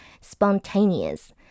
spontaneous